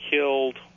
killed